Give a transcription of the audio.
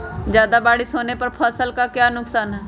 ज्यादा बारिस होने पर फसल का क्या नुकसान है?